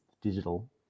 digital